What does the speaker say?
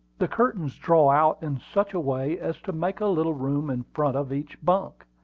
the curtains draw out in such a way as to make a little room in front of each bunk,